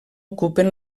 ocupen